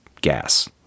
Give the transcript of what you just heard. gas